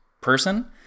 person